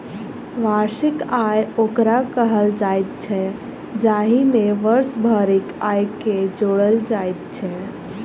वार्षिक आय ओकरा कहल जाइत छै, जाहि मे वर्ष भरिक आयके जोड़ल जाइत छै